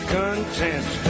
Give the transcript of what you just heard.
content